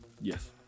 Yes